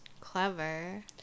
clever